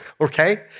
okay